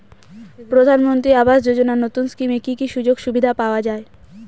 প্রধানমন্ত্রী আবাস যোজনা নতুন স্কিমে কি কি সুযোগ সুবিধা পাওয়া যাবে?